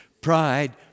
Pride